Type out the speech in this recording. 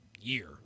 year